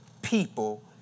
people